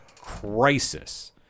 Crisis